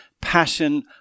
passion